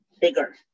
bigger